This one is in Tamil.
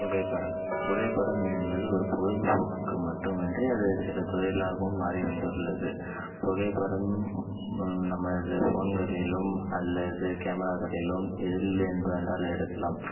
புகைப்படம் புகைப்படம் என்பது ஒரு பொழுதுபோக்கு மட்டுமின்றி அது சில தொழிலாகவும் மாறி வந்துள்ளது புகைப்படம் நம்ம இது ஃபோன்களிலும் அல்லது கேமராக்களிலும் எதில் வேண்டுமென்றால் எடுக்கலாம்